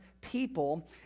people